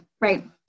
Right